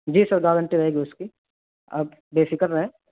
جی sir guarantee رہے گی اس کی آپ بےفکر رہیں